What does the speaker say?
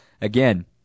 Again